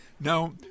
Now